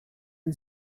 and